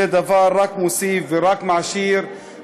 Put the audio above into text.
זה דבר שרק מוסיף ורק מעשיר,